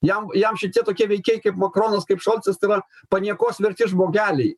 jam jam šitie tokie veikėjai kaip makronas kaip šolcas tai yra paniekos verti žmogeliai